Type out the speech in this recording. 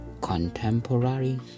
Contemporary